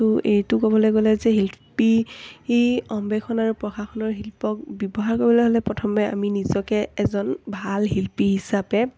ত' এইটো ক'বলৈ গ'লে যে শিল্পী অম্বেষণ আৰু প্ৰশাসনৰ শিল্পক ব্যৱহাৰ কৰিবলৈ হ'লে প্ৰথমে আমি নিজকে এজন ভাল শিল্পী হিচাপে